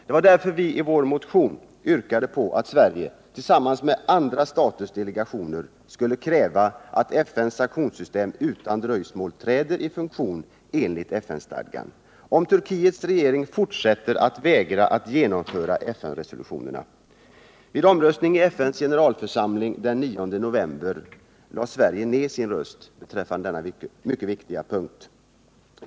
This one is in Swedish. Det var därför vi i vår motion yrkade på att Sverige — tillsammans med andra staters delegationer — skulle kräva att FN:s sanktionssystem utan dröjsmål träder i funktion enligt FN-stadgan, om Turkiets regering fortsätter att vägra att följa FN-resolutionerna. Vid omröstningen i FN:s generalförsamling den 9 november lade Sverige ned sin röst beträffande denna viktiga punkt.